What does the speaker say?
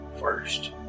first